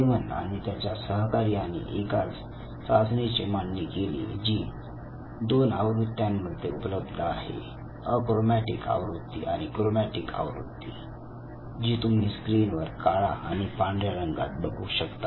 Reverend आणि त्याच्या सहकाऱ्यांनी एकाच चाचणीची मांडणी केली जी 2 आवृत्त्या मध्ये उपलब्ध आहे अक्रोमॅटिक आवृत्ती आणि क्रोमॅटिक आवृत्ती जी तुम्ही स्क्रीनवर काळा आणि पांढर्या रंगात बघू शकता